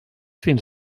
fins